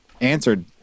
answered